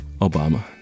Obama